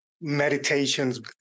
meditations